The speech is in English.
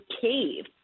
cave